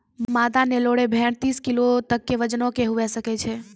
मादा नेल्लोरे भेड़ तीस किलो तक के वजनो के हुए सकै छै